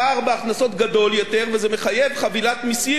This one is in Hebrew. וזה מחייב חבילת מסים כמעט כפולה.